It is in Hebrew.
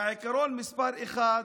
והעיקרון מספר אחת,